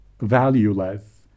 valueless